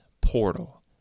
Portal